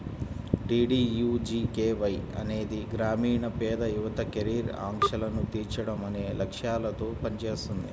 DDUGKY అనేది గ్రామీణ పేద యువత కెరీర్ ఆకాంక్షలను తీర్చడం అనే లక్ష్యాలతో పనిచేస్తుంది